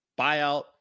Buyout